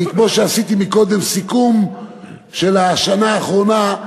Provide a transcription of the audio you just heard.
ועשיתי קודם סיכום של השנה האחרונה,